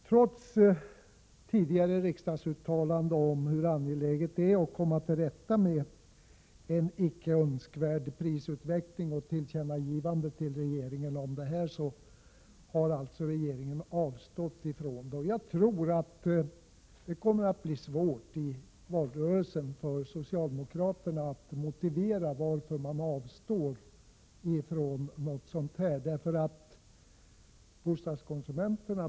Trots tidigare riksdagsuttalanden om hur angeläget det är att komma till rätta med en icke önskvärd prisutveckling har regeringen avstått från åtgärder. Jag tror att det i valrörelsen kommer att bli svårt för socialdemokraterna att motivera varför man avstår från det.